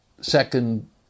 Second